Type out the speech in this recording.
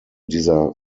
dieser